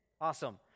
awesome